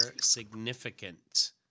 significant